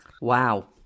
Wow